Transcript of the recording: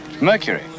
Mercury